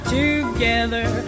together